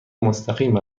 مستقیم